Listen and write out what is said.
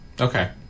Okay